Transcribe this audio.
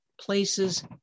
places